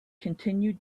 continue